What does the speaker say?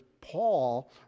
Paul